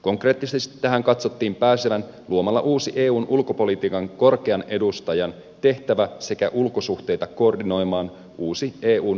konkreettisesti tähän katsottiin päästävän luomalla uusi eun ulkopolitiikan korkean edustajan tehtävä sekä ulkosuhteita koordinoimaan uusi eun ulkosuhdehallinto